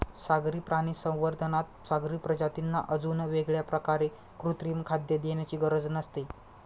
सागरी प्राणी संवर्धनात सागरी प्रजातींना अजून वेगळ्या प्रकारे कृत्रिम खाद्य देण्याची गरज नसते